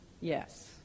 Yes